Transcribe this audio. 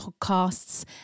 podcasts